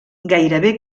gairebé